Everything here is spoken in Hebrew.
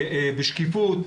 בשקיפות.